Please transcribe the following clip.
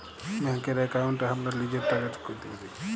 ব্যাংকের একাউন্টে হামরা লিজের টাকা চেক ক্যরতে পারি